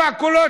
כולנו,